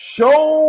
Show